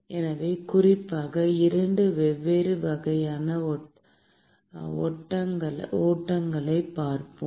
எனவே குறிப்பாக 2 வெவ்வேறு வகையான ஓட்டங்களைப் பார்ப்போம்